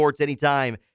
Anytime